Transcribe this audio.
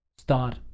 Start